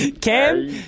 Cam